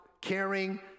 caring